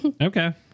Okay